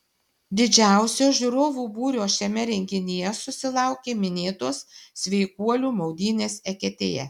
didžiausio žiūrovų būrio šiame renginyje susilaukė minėtos sveikuolių maudynės eketėje